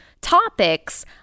topics